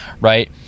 right